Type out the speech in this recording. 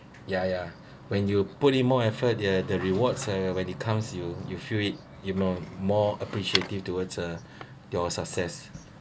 ya ya when you put in more effort the the rewards uh when it comes you you feel it you know more appreciative towards uh your success